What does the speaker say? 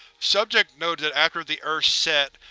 subject noted that after the earth set,